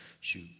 Shoot